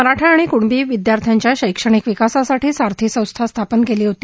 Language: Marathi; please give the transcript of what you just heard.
मराठा आणि कृणबी विद्यार्थ्यांच्या शैक्षणिक विकासासाठी सारथी ही संस्था स्थापन केली होती